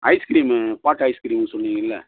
ice cream but ice cream சொன்னீங்கள்ல